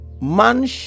man